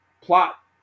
plot